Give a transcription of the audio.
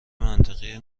منطقی